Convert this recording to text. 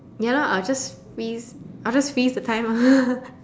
ya lor I just freeze I just freeze the time ah